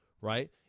right